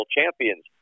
champions